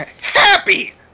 Happy